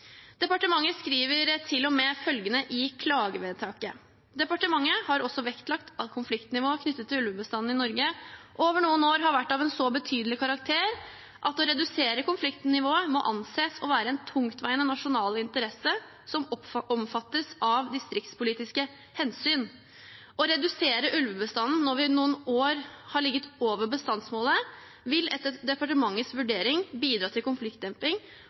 Departementet skriver til og med følgende i klagevedtaket: «Departementet har også vektlagt at konfliktnivået knyttet til ulvebestanden i Norge over noen år har vært av en så betydelig karakter, at å redusere konfliktnivået må anses å være en tungtveiende nasjonal interesse, som omfattes av distriktspolitiske hensyn. Å redusere ulvebestanden når vi over noen år har ligget over bestandsmålet, vil etter departementets vurdering bidra til konfliktdemping